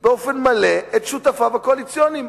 באופן מלא את שותפיו הקואליציוניים.